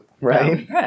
right